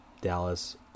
Dallas